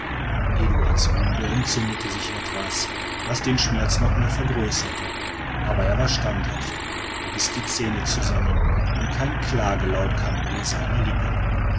eduard's wunde entzündete sich etwas was den schmerz noch mehr vergrößerte aber er war standhaft er biß die zähne zusammen und kein klagelaut kam über seine lippen